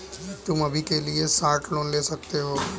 तुम अभी के लिए शॉर्ट लोन ले सकते हो